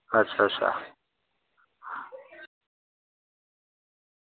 अच्छा अच्छा